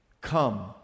Come